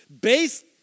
based